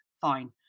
fine